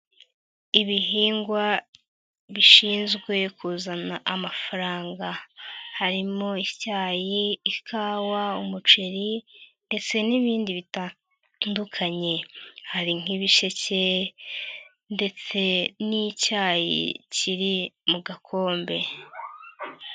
Ibihingwa bishinzwe kuzana amafaranga, harimo icyayi, ikawa, umuceri, ndetse n'ibindi bitandukanye. Hari nk'ibiseke ndetse n'icyayi kiri mu gakombe.